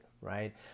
right